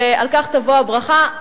ועל כך תבוא הברכה.